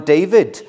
David